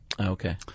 Okay